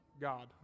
God